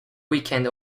weekend